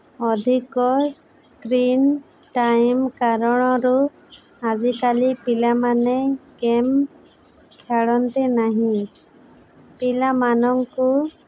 ଅଧିକ screen time କାରଣରୁ ଆଜିକାଲି ପିଲାମାନେ ଗେମ୍ ଖେଳନ୍ତି ନାହିଁ ପିଲାମାନଙ୍କୁ